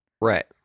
Right